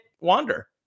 Wander